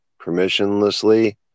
permissionlessly